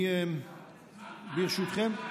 ברשותכם,